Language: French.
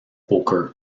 poker